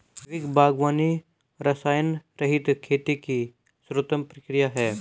जैविक बागवानी रसायनरहित खेती की सर्वोत्तम प्रक्रिया है